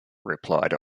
replied